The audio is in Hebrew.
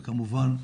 וכמובן,